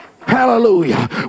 hallelujah